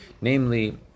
Namely